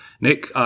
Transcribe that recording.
Nick